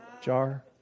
jar